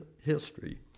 history